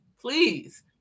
please